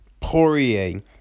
Poirier